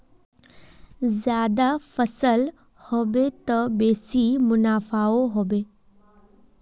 ज्यादा फसल ह बे त बेसी मुनाफाओ ह बे